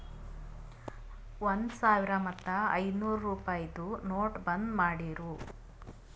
ಒಂದ್ ಸಾವಿರ ಮತ್ತ ಐಯ್ದನೂರ್ ರುಪಾಯಿದು ನೋಟ್ ಬಂದ್ ಮಾಡಿರೂ